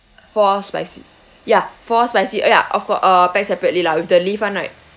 four spicy ya four spicy oh ya of course uh pack separately lah with the leaf [one] right